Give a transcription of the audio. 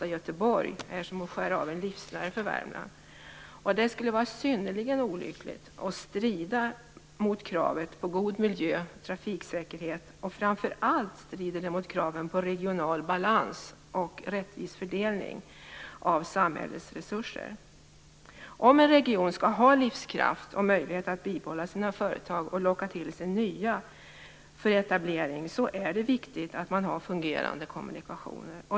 Göteborg är som att skära av en livsnerv för Värmland. Det skulle vara synnerligen olyckligt och strida mot kravet på god miljö och trafiksäkerhet, och framför allt strider det mot kraven på regional balans och rättvis fördelning av samhällets resurser. Om en region skall ha livskraft och möjlighet att bibehålla sina företag och locka till sig nya för etablering är det viktigt att man har fungerande kommunikationer.